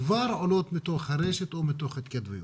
הן כבר עולות בתוך הרשת או מתוך התכתבויות.